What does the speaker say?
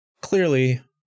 Clearly